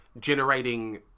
generating